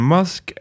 Musk